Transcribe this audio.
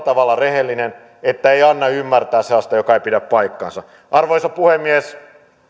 tavalla rehellinen että ei anna ymmärtää sellaista joka ei pidä paikkaansa arvoisa puhemies